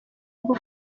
rwo